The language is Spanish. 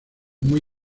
muy